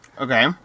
Okay